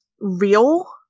real